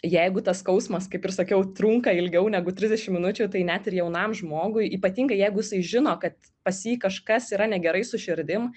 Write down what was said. jeigu tas skausmas kaip ir sakiau trunka ilgiau negu trisdešim minučių tai net ir jaunam žmogui ypatingai jeigu jisai žino kad pas jį kažkas yra negerai su širdim